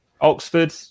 Oxford